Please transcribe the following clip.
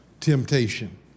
temptation